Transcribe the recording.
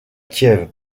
kiev